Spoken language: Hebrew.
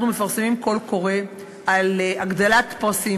אנחנו מפרסמים קול קורא על הגדלת סכומי פרסים